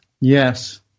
yes